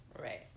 right